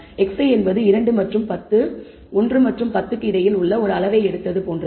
xi என்பது 2 மற்றும் 10 1 மற்றும் 10 க்கு இடையில் உள்ள ஒரு அளவை எடுத்தது போன்றது